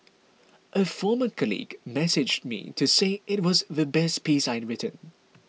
a former colleague messaged me to say it was the best piece I'd written